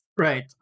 Right